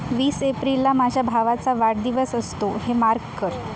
वीस एप्रिलला माझ्या भावाचा वाढदिवस असतो हे मार्क कर